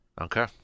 Okay